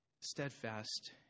steadfast